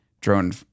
drone